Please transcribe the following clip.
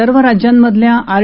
सर्व राज्यांमधल्या आर